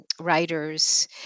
writers